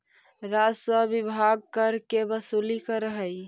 राजस्व विभाग कर के वसूली करऽ हई